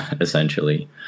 Essentially